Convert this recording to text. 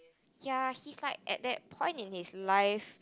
ya he's like at that point in his life